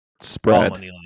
spread